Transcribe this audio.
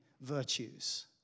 virtues